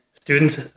students